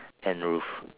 and roof